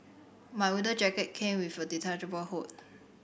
my winter jacket came with a detachable hood